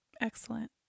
Excellent